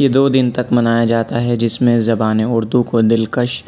یہ دو دن تک منایا جاتا ہے جس میں زبانِ اردو کو دلکش